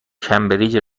کمبریج